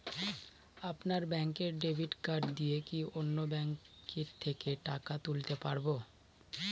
আপনার ব্যাংকের debit card দিয়ে কি অন্য ব্যাংকের থেকে টাকা তুলতে পারবো?